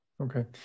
Okay